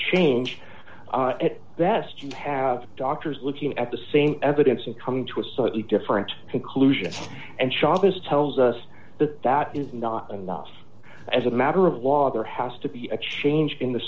change at best you have doctors looking at the same evidence and coming to a slightly different conclusion and sean has tells us that that is not enough as a matter of law there has to be a change in the